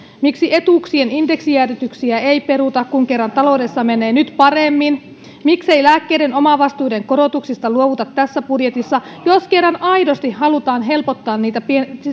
miksi etuuksien indeksijäädytyksiä ei peruta kun kerran taloudessa menee nyt paremmin miksei lääkkeiden omavastuiden korotuksista luovuta tässä budjetissa jos kerran aidosti halutaan helpottaa niiden